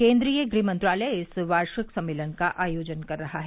केंद्रीय गृह मंत्रालय इस वार्षिक सम्मेलन का आयोजन कर रहा है